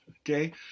Okay